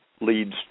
leads